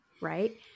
right